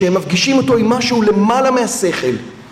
שהם מפגישים אותו עם משהו למעלה מהשכל.